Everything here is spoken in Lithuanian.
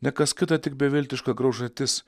ne kas kita tik beviltiška graužatis